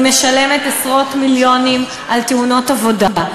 היא משלמת עשרות מיליונים על תאונות עבודה.